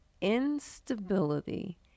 instability